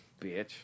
Bitch